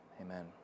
amen